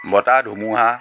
বতাহ ধুমুহা